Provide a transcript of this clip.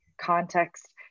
context